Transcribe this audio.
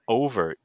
over